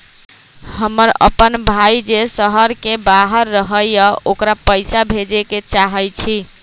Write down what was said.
हमर अपन भाई जे शहर के बाहर रहई अ ओकरा पइसा भेजे के चाहई छी